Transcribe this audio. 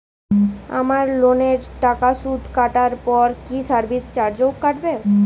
আমার লোনের টাকার সুদ কাটারপর কি সার্ভিস চার্জও কাটবে?